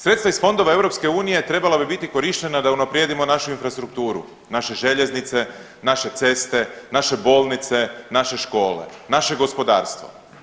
Sredstva iz fondova EU trebala bi biti korištena da unaprijedimo našu infrastrukturu, naše željeznice, naše ceste, naše bolnice, naše škole, naše gospodarstvo.